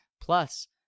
Plus